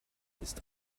ist